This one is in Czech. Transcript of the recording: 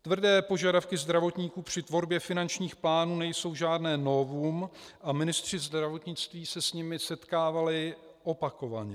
Tvrdé požadavky zdravotníků při tvorbě finančních plánů nejsou žádné novum a ministři zdravotnictví se s nimi setkávali opakovaně.